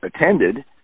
attended